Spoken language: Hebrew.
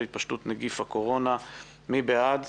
התפשטות נגיף הקורונה - בקשה לדיון מחדש.